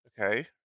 Okay